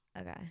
Okay